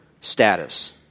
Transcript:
status